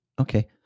Okay